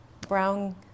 brown